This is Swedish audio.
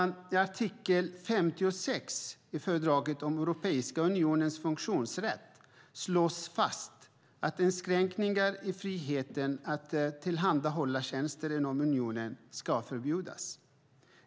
I artikel 56 i fördraget om Europeiska unionens funktionsrätt slås fast att inskränkningar i friheten att tillhandahålla tjänster inom unionen ska förbjudas.